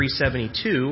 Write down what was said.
372